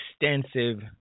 extensive